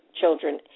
children